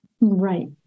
Right